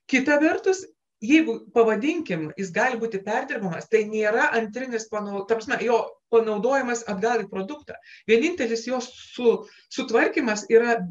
kita vertus jeigu pavadinkim jis gali būti perdirbamas tai nėra antrinis panau ta prasme jo panaudojimas atgal į produktą vienintelis jo su sutvarkymas yra